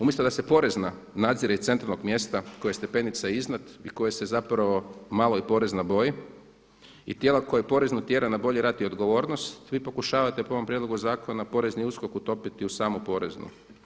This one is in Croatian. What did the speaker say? Umjesto da se porezna nadzire iz centralnog mjesta koji je stepenica iznad i koji se zapravo malo i porezna boji i tijela koje poreznu tjera na bolji rad i odgovornost vi pokušavate po ovom prijedlogu zakona porezni USKOK utopiti u samu poreznu.